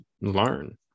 learn